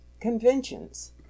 Conventions